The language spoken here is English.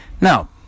Now